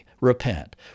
Repent